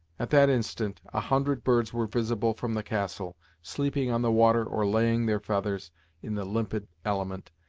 at that instant, a hundred birds were visible from the castle, sleeping on the water or laying their feathers in the limpid element,